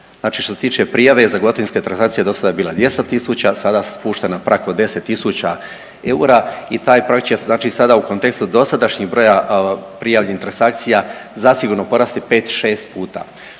što se tiče prijave za gotovinske transakcije do sada je bila 200.000 sada se spušta na prag od 10.000 eura i taj prag će znači sada u kontekstu dosadašnjeg broja prijavljenih transakcija zasigurno porasti pet,